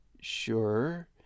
Sure